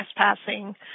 trespassing